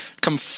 come